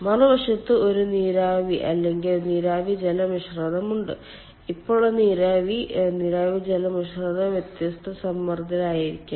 മറുവശത്ത് ഒരു നീരാവി അല്ലെങ്കിൽ നീരാവി ജല മിശ്രിതം ഉണ്ട് ഇപ്പോൾ ഈ നീരാവി നീരാവി ജല മിശ്രിതം വ്യത്യസ്ത സമ്മർദ്ദത്തിലായിരിക്കാം